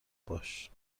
باش